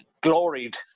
gloried